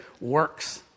works